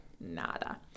Nada